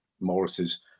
morris's